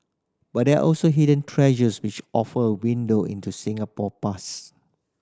but there are also hidden treasures which offer a window into Singapore past